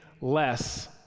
less